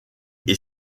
est